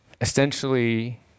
essentially